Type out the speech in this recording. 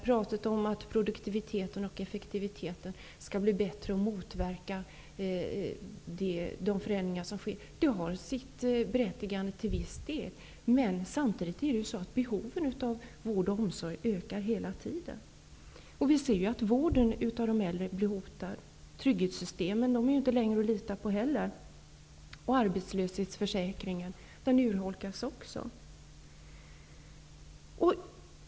Talet om att produktiviteten och effektiviteten skall bli bättre och motverka de förändringar som sker har till viss del sitt berättigande, men samtidigt ökar hela tiden behoven av vård och omsorg. Vi ser att vården av de äldre blir hotad. Trygghetssystemen är heller inte att lita på längre. Arbetslöshetsförsäkringen urholkas också.